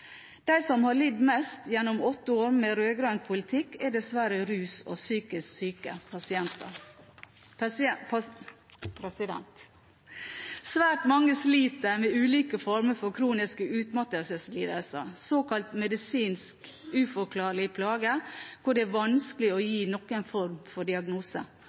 De som har lidd mest gjennom åtte år med rød-grønn politikk, er dessverre ruspasienter og psykisk syke pasienter. Svært mange sliter med ulike former for kroniske utmattelseslidelser, såkalt medisinsk uforklarlige plager hvor det er vanskelig å stille noen form for diagnose.